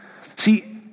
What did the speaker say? See